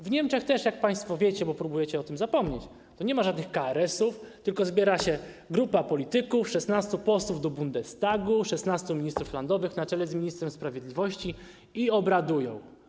W Niemczech też, jak państwo wiecie, próbujecie o tym zapomnieć, nie ma żadnych KRS-ów, tylko zbiera się grupa polityków, 16 posłów do Bundestagu, 16 ministrów landowych na czele z ministrem sprawiedliwości, i obradują.